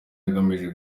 agamije